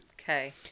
Okay